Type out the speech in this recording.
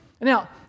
Now